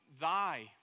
thy